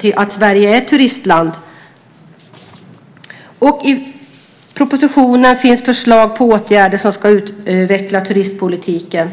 till att Sverige är ett bra turistland. I propositionen finns förslag på åtgärder som ska utveckla turistpolitiken.